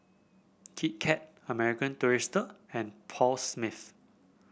Kit Kat American Tourister and Paul Smith